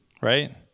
right